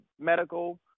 medical